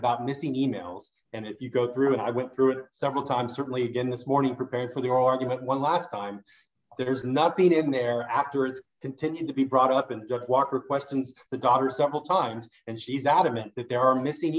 about missing e mails and if you go through it i went through it several times certainly again this morning prepared for the argument one last time there is nothing in there after it's continued to be brought up and walker questions the daughter several times and she's adamant that there are missing